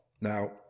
now